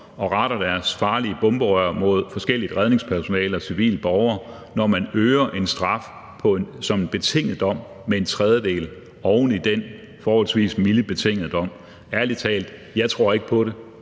og retter deres farlige bomberør mod forskelligt redningspersonale og civile borgere, at man øger en straf som en betinget dom med en tredjedel oven i den forholdsvis milde betingede dom? Ærlig talt, jeg tror ikke på det.